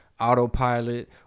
autopilot